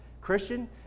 Christian